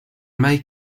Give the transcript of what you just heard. may